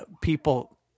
people